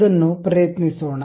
ಅದನ್ನು ಪ್ರಯತ್ನಿಸೋಣ